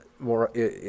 more